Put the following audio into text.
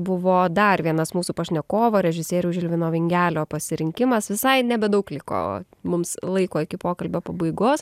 buvo dar vienas mūsų pašnekovo režisieriaus žilvino vingelio pasirinkimas visai nebedaug liko mums laiko iki pokalbio pabaigos